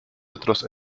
otros